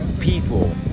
people